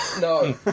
No